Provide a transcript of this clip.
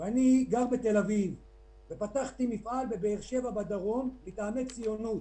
אני גר בתל אביב ופתחתי מפעל באר שבע בדרום מטעמי ציונות,